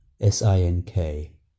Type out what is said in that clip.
S-I-N-K